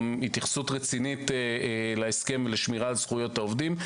התייחסות רצינית להסכם ולשמירה על זכויות העובדים.